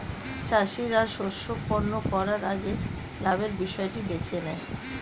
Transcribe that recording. চাষীরা শস্য বপন করার আগে লাভের বিষয়টি বেছে নেয়